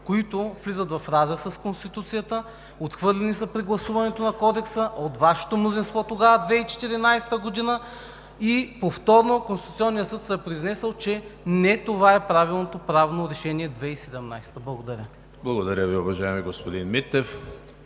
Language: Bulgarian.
които влизат в разрез с Конституцията, отхвърлени са при гласуването на Кодекса от Вашето мнозинство тогава, 2014 г., и повторно Конституционният съд се е произнесъл, че не това е правилното правно решение от 2017 г. Благодаря. ПРЕДСЕДАТЕЛ ЕМИЛ ХРИСТОВ: Благодаря Ви, уважаеми господин Митев.